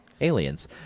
aliens